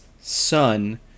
son